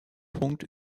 punkt